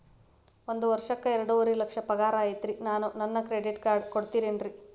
ಒಂದ್ ವರ್ಷಕ್ಕ ಎರಡುವರಿ ಲಕ್ಷ ಪಗಾರ ಐತ್ರಿ ಸಾರ್ ನನ್ಗ ಕ್ರೆಡಿಟ್ ಕಾರ್ಡ್ ಕೊಡ್ತೇರೆನ್ರಿ?